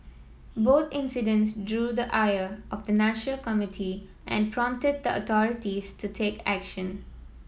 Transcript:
both incidents drew the ire of the nature community and prompted the authorities to take action